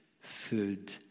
food